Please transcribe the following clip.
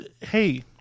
Hey